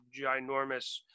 ginormous